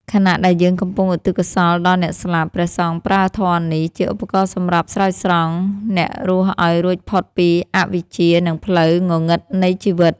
ខណៈដែលយើងកំពុងឧទ្ទិសកុសលដល់អ្នកស្លាប់ ព្រះសង្ឃប្រើធម៌នេះជាឧបករណ៍សម្រាប់ ស្រោចស្រង់ អ្នករស់ឱ្យរួចផុតពីអវិជ្ជា និងផ្លូវងងឹតនៃជីវិត។